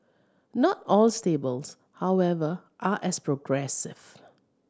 not all stables however are as progressive